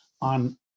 on